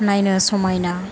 नायनो समायना